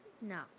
No